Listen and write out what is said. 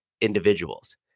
individuals